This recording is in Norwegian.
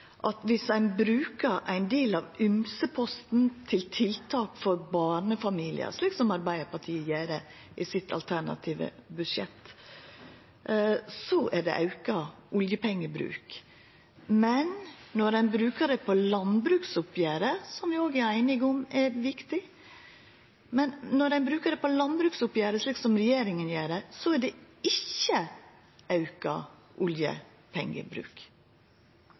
at viss ein bruker ein del av ymseposten til tiltak for barnefamiliar, slik som Arbeidarpartiet gjer i sitt alternative budsjett, så er det auka oljepengebruk, men når ein bruker det på landbruksoppgjeret, slik som regjeringa gjer, og som vi òg er einige om er viktig, er det ikkje auka oljepengebruk?